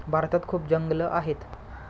भारतात खूप जंगलं आहेत